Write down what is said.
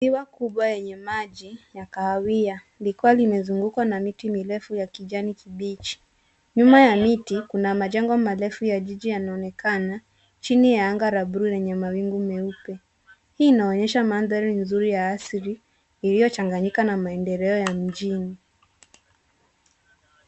Ziwa kubwa yenye maji ya kahawia likiwa limezungukwa na miti mirefu ya kijani kibichi. Nyuma ya miti kuna majengo marefu ya jiji yanaonekana chini ya anga la bluu lenye mawingu meupe. Hii inaonyesha mandhari nzuri ya asili iliyochanganyika na maendeleo ya mijini.